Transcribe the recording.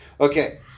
okay